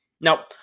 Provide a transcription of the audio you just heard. Now